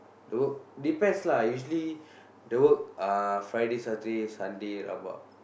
the work depends lah usually the work uh Friday Saturday Sunday rabak